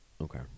okay